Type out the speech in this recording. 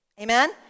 Amen